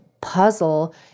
puzzle